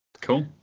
cool